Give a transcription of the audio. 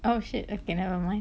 oh shit okay never mind